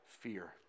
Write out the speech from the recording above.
fear